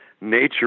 nature